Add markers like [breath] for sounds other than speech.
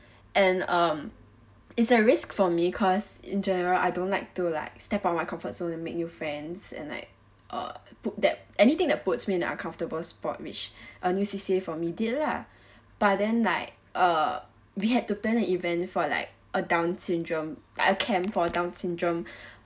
and um it's a risk for me cause in general I don't like to like step out of my comfort zone to make new friends and like err put that anything that puts me in an uncomfortable spot which [breath] a new C_C_A_ for me did lah [breath] but then like uh we had to plan an event for like a down syndrome a camp for down syndrome [breath]